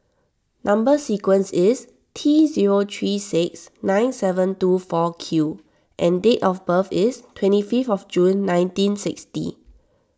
Number Sequence is T zero three six nine seven two four Q and date of birth is twenty five of June nineteen sixty